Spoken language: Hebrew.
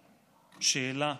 שאלה,